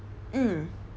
mm